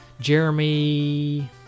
Jeremy